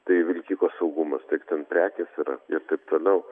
tai vilkiko saugumas tiek ten prekės yra ir taip toliau